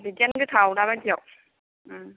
बिदियानो गोथाव दाबायदियाव